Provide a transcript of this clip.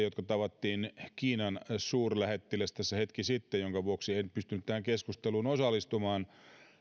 jotka tapasimme kiinan suurlähettilään tässä hetki sitten minkä vuoksi en pystynyt tähän keskusteluun osallistumaan